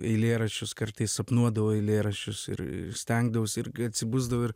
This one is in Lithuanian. eilėraščius kartais sapnuodavau eilėraščius ir stengdavausi irgi atsibusdavau ir